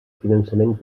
finançament